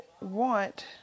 want